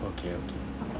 okay okay